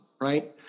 right